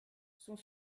sont